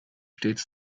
stets